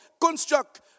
construct